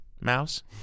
Mouse